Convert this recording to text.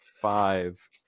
five